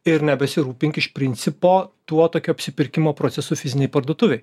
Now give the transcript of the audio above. ir nebesirūpink iš principo tuo tokiu apsipirkimo procesu fizinėj parduotuvėj